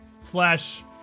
slash